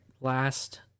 last